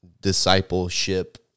discipleship